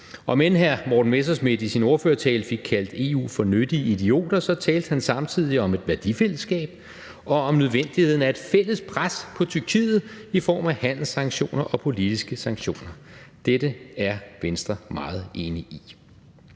Om end hr. Morten Messerschmidt i sin ordførertale fik kaldt EU for nyttige idioter, talte han samtidig om et værdifællesskab og om nødvendigheden af et fælles pres på Tyrkiet i form af handelssanktioner og politiske sanktioner. Dette er Venstre meget enige i.